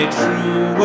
true